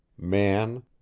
man